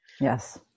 yes